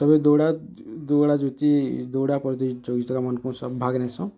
ସଭିଏଁ ଦୌଡ଼ା ପ୍ରତିଯୋଗିତାରେ ଭାଗ୍ ନେଇସନ୍